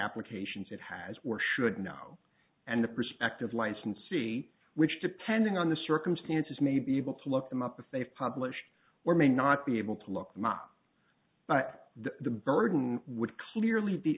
applications it has were should know and the prospective licensee which depending on the circumstances may be able to look them up if they've published or may not be able to look them up but the burden would clearly